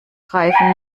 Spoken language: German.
greifen